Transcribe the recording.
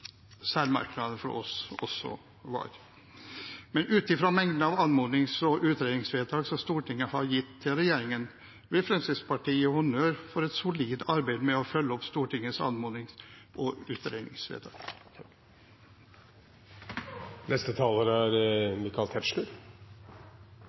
Ut fra mengden av anmodnings- og utredningsvedtak som Stortinget har gitt til regjeringen, vil Fremskrittspartiet gi honnør for et solid arbeid med å følge opp Stortingets anmodnings- og utredningsvedtak.